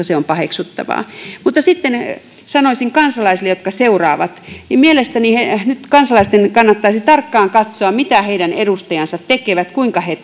se on paheksuttavaa mutta sitten sanoisin kansalaisille jotka seuraavat että mielestäni nyt kansalaisten kannattaisi tarkkaan katsoa mitä heidän edustajansa tekevät kuinka he